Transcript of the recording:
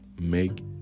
make